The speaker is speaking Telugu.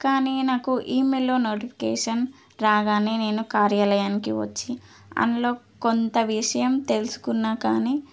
కానీ నాకు ఈమెయిల్లో నోటిఫికేషన్ రాగానే నేను కార్యాలయానికి వచ్చి అందులో కొంత విషయం తెలుసుకున్న కానీ